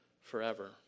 forever